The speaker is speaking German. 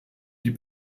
die